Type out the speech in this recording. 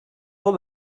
robe